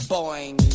Boing